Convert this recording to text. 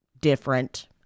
different